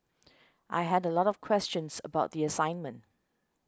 I had a lot of questions about the assignment